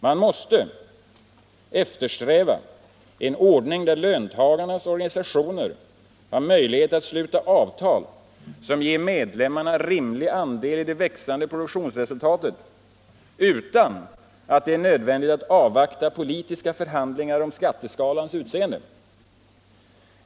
Man måste eftersträva en ordning där löntagarnas organisationer har möjlighet att sluta avtal som ger medlemmarna rimlig andel i det växande produktionsresultatet utan att det är nödvändigt att avvakta politiska förhandlingar om skatteskalans utseende.